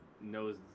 knows